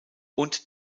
und